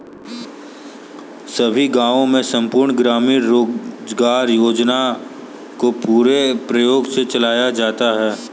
सभी गांवों में संपूर्ण ग्रामीण रोजगार योजना को पूरे प्रयास से चलाया जाता है